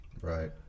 Right